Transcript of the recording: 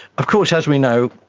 of course, as we know,